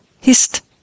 Hist